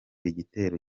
igitero